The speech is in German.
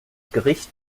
gericht